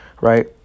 right